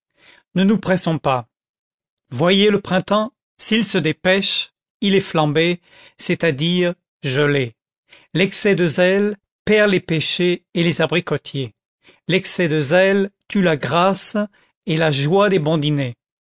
ne nous pressons pas voyez le printemps s'il se dépêche il est flambé c'est-à-dire gelé l'excès de zèle perd les pêchers et les abricotiers l'excès de zèle tue la grâce et la joie des bons dîners